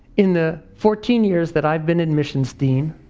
in the fourteen years that i've been admissions dean,